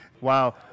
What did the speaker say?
Wow